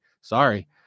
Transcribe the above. Sorry